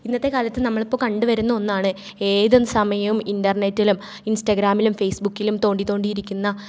ഇന്നത്തെ കാലത്ത് നമ്മളിപ്പോൾ കണ്ടു വരുന്ന ഒന്നാണ് ഏത് സമയവും ഇൻറ്റർനെറ്റിലും ഇൻസ്റ്റഗ്രാമിലും ഫേസ്ബുക്കിലും തോണ്ടി തോണ്ടിയിരിക്കുന്ന